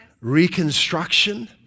reconstruction